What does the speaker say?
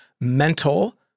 mental